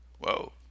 whoa